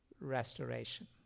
restoration